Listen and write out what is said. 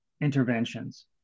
interventions